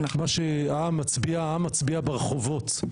מה שהעם מצביע, העם מצביע ברחובות.